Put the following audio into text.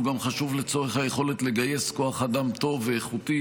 הוא חשוב לצורך היכולת לגייס כוח אדם טוב ואיכותי